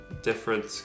different